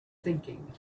thinking